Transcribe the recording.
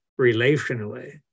relationally